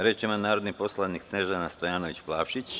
Reč ima narodni poslanik Snežana Stojanović Plavšić.